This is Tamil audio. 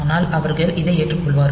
ஆனால் அவர்கள் இதை ஏற்றுக்கொள்வார்கள்